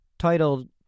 titled